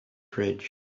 fridge